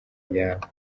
yabo